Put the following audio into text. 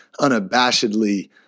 unabashedly